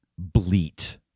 bleat